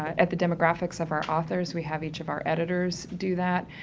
at the demographics of our authors, we have each of our editors do that.